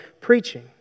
preaching